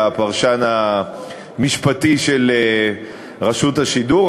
כולל כלפי הפרשן המשפטי של רשות השידור.